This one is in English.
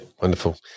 wonderful